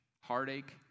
heartache